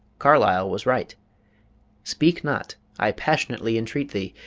carlyle was right speak not, i passionately entreat thee,